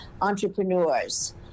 entrepreneurs